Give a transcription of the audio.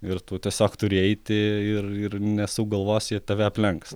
ir tu tiesiog turi eiti ir ir nesuk galvos jie tave aplenks